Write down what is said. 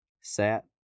sat